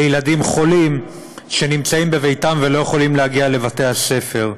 לילדים חולים שנמצאים בביתם ולא יכולים להגיע לבתי-הספר.